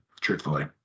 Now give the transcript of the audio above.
truthfully